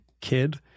kid